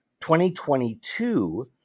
2022